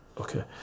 okay